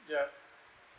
yup